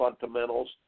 fundamentals